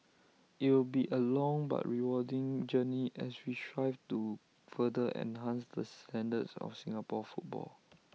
IT will be A long but rewarding journey as we strive to further enhance the standards of Singapore football